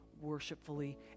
worshipfully